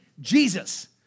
Jesus